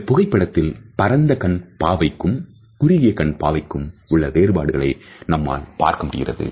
இந்தப் புகைப்படத்தில் பரந்த கண் பாவைக்கும் குறுகிய கண்பாவைக்கும் உள்ள வேறுபாடுகளை நம்மால் பார்க்க முடிகிறது